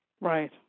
Right